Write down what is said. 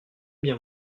bien